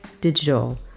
Digital